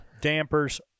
dampers